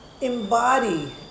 embody